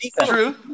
True